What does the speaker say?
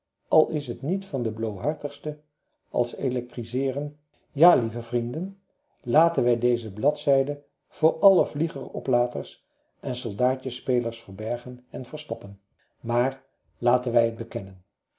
al is het niet van de bloohartigste als electriseeren ja lieve vrienden laten wij deze bladzijde voor alle vliegeroplaters en soldaatjespelers verbergen en verstoppen maar laten wij het bekennen